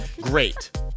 great